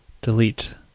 delete